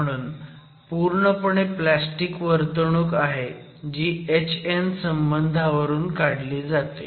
म्हणून पूर्णपणे प्लॅस्टिक वर्तणूक आहे जी hn संबंधांवरून काढली जाते